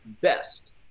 best